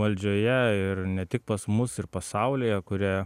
valdžioje ir ne tik pas mus ir pasaulyje kurie